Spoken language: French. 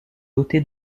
doté